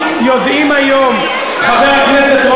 וידידות, חבר הכנסת חסון.